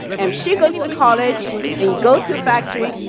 and she goes to to college and you go to factory,